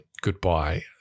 goodbye